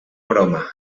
broma